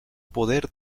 poder